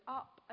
up